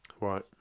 Right